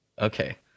Okay